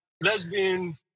lesbian